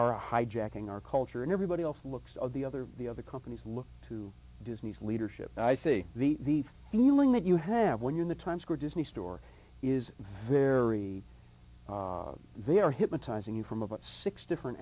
are hijacking our culture and everybody else looks of the other the other companies look to disney's leadership i see the feeling that you have when you in the times square disney store is very they are hypnotizing you from about six different